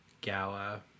Gala